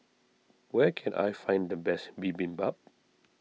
where can I find the best Bibimbap